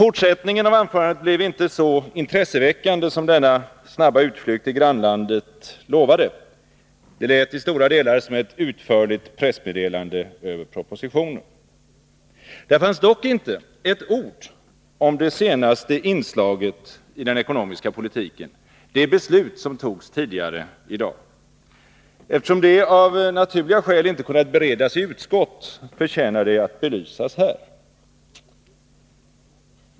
Fortsättningen av anförandet blev inte så intresseväckande som denna snabba utflykt till grannlandet lovade. Det lät i stora delar som ett utförligt pressmeddelande över propositionen. Där fanns dock inte ett ord om det senaste inslaget i den ekonomiska politiken, det beslut som fattades tidigare i dag. Eftersom det av naturliga skäl inte har kunnat beredas i utskott, förtjänar det att belysas här.